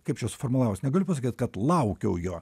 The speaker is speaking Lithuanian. kaip čia suformulavus negaliu pasakyt kad laukiau jo